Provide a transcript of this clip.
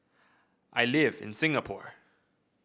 I live in Singapore